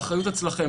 האחריות אצלכם.